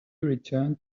returned